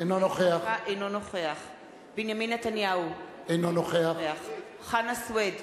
אינו נוכח בנימין נתניהו, אינו נוכח חנא סוייד,